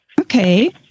Okay